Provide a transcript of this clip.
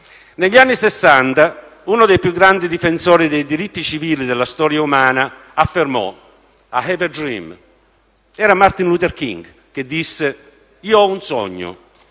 Negli anni Sessanta uno dei più grandi difensori dei diritti civili della storia umana affermò: «*I have a dream»*. Si trattava di Martin Luther King che disse: «Io ho un sogno,